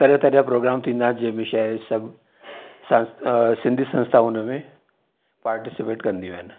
तरह तरह जा प्रोग्राम थींदा जीअं बि शहर में सभु सान सिंधी संस्था हुन में पार्टिसिपेट कंदियूं आहिनि